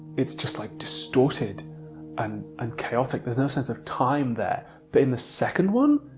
it's just like distorted and and chaotic. there's no sense of time there. but in the second one